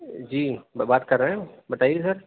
جی میں بات کر رہے ہیں بتائیے سر